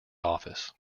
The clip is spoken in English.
office